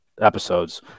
episodes